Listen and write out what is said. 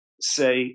say